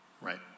right